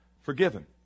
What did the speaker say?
forgiven